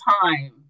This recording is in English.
time